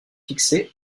fixés